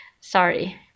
sorry